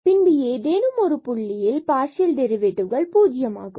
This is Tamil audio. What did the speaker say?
பின்பு ஏதேனும் ஒரு புள்ளியில் இங்கு பார்சியல் டெரிவேட்டிவ்கள் பூஜ்யம் ஆகும்